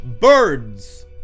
birds